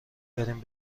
بریم